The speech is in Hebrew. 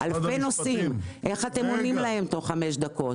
איך אתם עונים לאלפי נוסעים תוך חמש דקות?